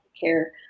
care